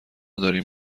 داریم